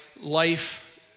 life